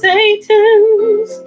Satan's